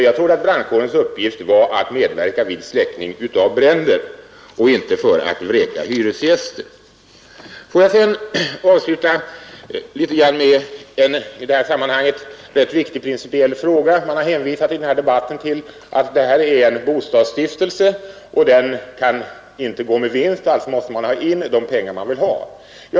Jag trodde att dess uppgift var att medverka vid släckning av bränder och inte att vräka hyresgäster. Till sist vill jag ta upp en i sammanhanget rätt viktig principiell fråga. I debatten har hänvisats till att det här gäller en bostadsstiftelse och att en sådan inte kan gå med vinst. Alltså är det nödvändigt att få in de pengar man vill ha.